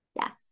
yes